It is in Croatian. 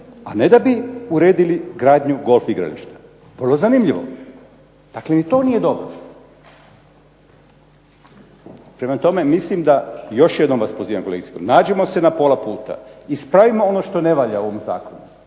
a ne da bi uredili gradnju golf igrališta. Vrlo zanimljivo. Dakle ni to nije dobro. Prema tome, mislim da, još jednom vas pozivam kolegice i kolege nađimo se na pola puta, ispravimo ono što ne valja u ovom zakonu,